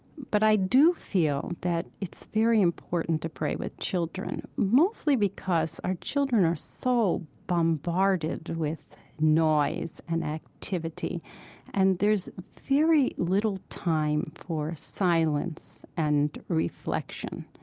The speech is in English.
but i do feel that it's very important to pray with children, mostly, because our children are so bombarded with noise and activity and there's very little time for silence and reflection.